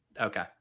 Okay